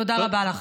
תודה רבה לך.